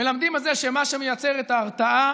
מלמדים שמה שמייצר את ההרתעה